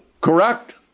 correct